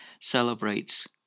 celebrates